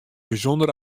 bysûnder